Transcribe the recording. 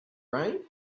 rain